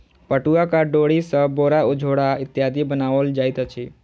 पटुआक डोरी सॅ बोरा झोरा इत्यादि बनाओल जाइत अछि